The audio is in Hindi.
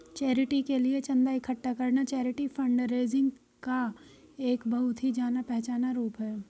चैरिटी के लिए चंदा इकट्ठा करना चैरिटी फंडरेजिंग का एक बहुत ही जाना पहचाना रूप है